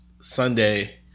Sunday